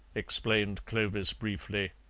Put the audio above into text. explained clovis briefly.